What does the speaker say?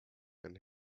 and